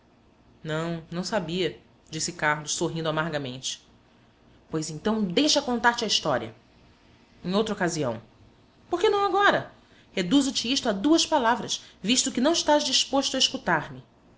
não não sabia disse carlos sorrindo amargamente pois então deixa contar-te a história em outra ocasião por que não agora reduzo te isto a duas palavras visto que não estás disposto a escutar me mas